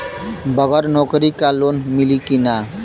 बगर नौकरी क लोन मिली कि ना?